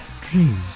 Dreams